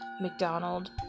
McDonald